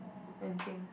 renting